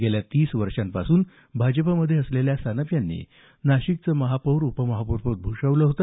गेल्या तीस वर्षांपासून भाजप मध्ये असलेल्या सानप यांनी नाशिकचे महापौर उपमहापौरपद भूषविले होते